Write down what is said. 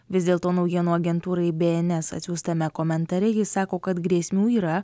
vis dėlto naujienų agentūrai be en es atsiųstame komentare ji sako kad grėsmių yra